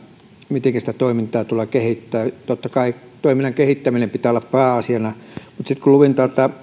mitenkä sitä toimintaa tulee kehittää totta kai toiminnan kehittämisen pitää olla pääasiana mutta sitten kun luin täältä näitä